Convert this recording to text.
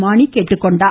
மானி கேட்டுக்கொண்டார்